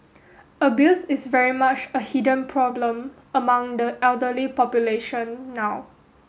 abuse is very much a hidden problem among the elderly population now